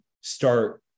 start